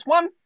One